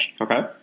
Okay